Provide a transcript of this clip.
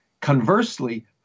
Conversely